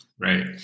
Right